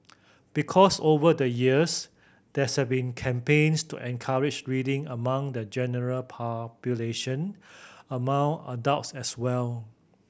because over the years there has been campaigns to encourage reading among the general population among adults as well